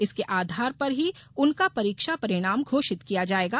इसके आधार पर ही उनका परीक्षा परिणाम घोषित किया जायेगा